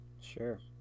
Sure